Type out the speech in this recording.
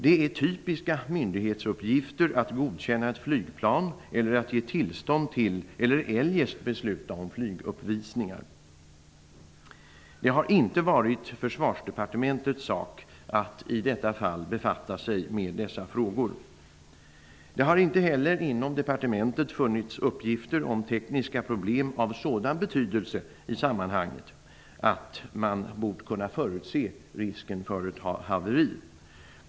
Det är typiska myndighetsuppgifter att godkänna ett flygplan eller att ge tillstånd till eller eljest besluta om flyguppvisningar. Det har inte varit Försvarsdepartementets sak att i detta fall befatta sig med dessa frågor. Det har inte heller inom departementet funnits uppgifter om tekniska problem av sådan betydelse i sammanhanget att man bort kunna förutse risken för ett haveri.